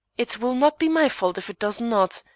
it will not be my fault if it does not,